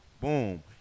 boom